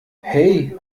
hey